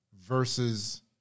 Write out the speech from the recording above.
Versus